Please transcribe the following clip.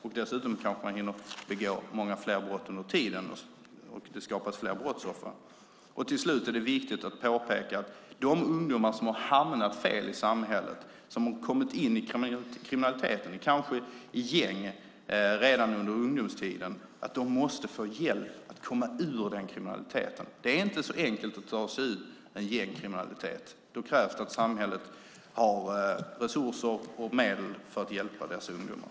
Man kan hinna begå fler brott under tiden, och dessutom skapas det kanske fler brottsoffer. Det är viktigt att påpeka att de ungdomar som har hamnat fel i samhället och kommit in i kriminalitet och gäng redan under ungdomstiden måste få hjälp att komma ur kriminaliteten. Det är inte så enkelt att ta sig ur gängkriminalitet. Det krävs att samhället har resurser och medel att hjälpa dessa ungdomar.